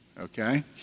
Okay